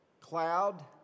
Cloud